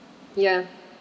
ya